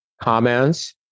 comments